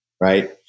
right